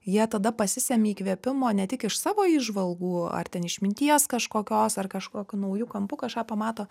jie tada pasisemia įkvėpimo ne tik iš savo įžvalgų ar ten išminties kažkokios ar kažkokiu nauju kampu kažką pamato